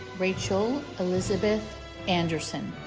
rachel elizabeth anderson